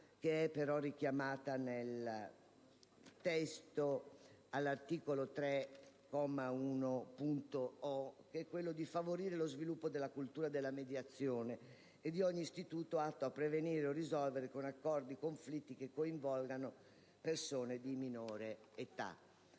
del provvedimento al nostro esame, che è quella di favorire lo sviluppo della cultura della mediazione e di ogni istituto atto a prevenire o risolvere con accordi i conflitti che coinvolgano persone di minore età.